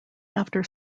after